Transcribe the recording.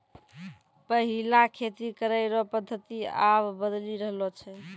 पैहिला खेती करै रो पद्धति आब बदली रहलो छै